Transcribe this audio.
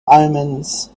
omens